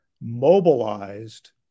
mobilized